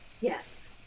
Yes